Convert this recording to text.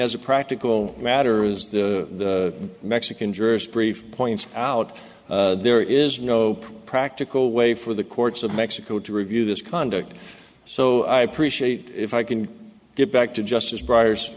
as a practical matter is the mexican jurist brief points out there is no practical way for the courts of mexico to review this conduct so i appreciate if i can get back to justice briar's